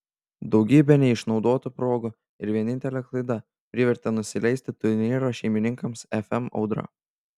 daugybė neišnaudotų progų ir vienintelė klaida privertė nusileisti turnyro šeimininkams fm audra